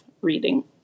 reading